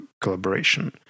collaboration